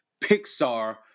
Pixar